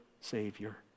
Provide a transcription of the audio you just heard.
Savior